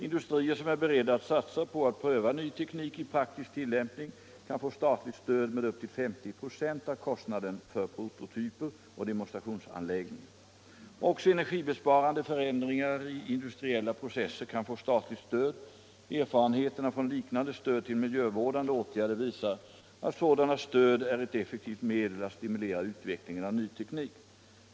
Industrier som är beredda att satsa på att pröva ny teknik i praktisk tillämpning kan få statligt stöd med'upp till 50 96 av kostnaden för prototyper och demonstrationsanläggningar. Också energibesparande förändringar i industriella processer kan få stat ligt stöd. Erfarenheterna från liknande stöd till miljövårdande åtgärder visar att sådana stöd är ett effektivt medel att stimulera utvecklingen av ny teknik.